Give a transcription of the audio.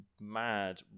mad